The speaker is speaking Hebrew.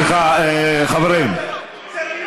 איזו עזות מצח,